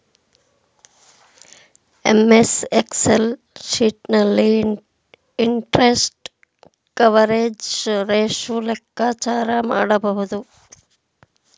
MS Excel sheet ನಲ್ಲಿ interest coverage ratio ಲೆಕ್ಕಾಚಾರ ಮಾಡಬಹುದು